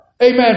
amen